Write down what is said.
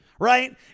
right